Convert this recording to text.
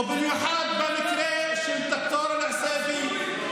ובמיוחד במקרה של ד"ר אלעסיבי,